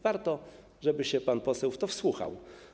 Warto żeby się pan poseł w to wsłuchał.